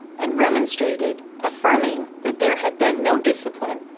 and remon strated, affirming that there had been no discipline,